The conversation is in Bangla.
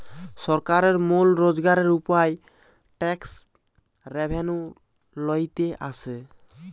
সরকারের মূল রোজগারের উপায় ট্যাক্স রেভেন্যু লইতে আসে